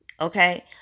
Okay